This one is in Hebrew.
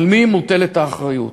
על מי מוטלת האחריות.